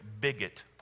bigot